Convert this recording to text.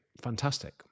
Fantastic